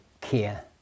care